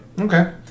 Okay